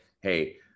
hey